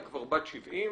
היא כבר בת 70,